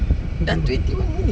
berapa lama